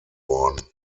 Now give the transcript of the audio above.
worden